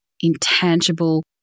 intangible